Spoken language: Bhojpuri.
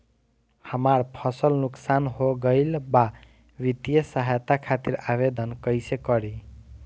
हमार फसल नुकसान हो गईल बा वित्तिय सहायता खातिर आवेदन कइसे करी?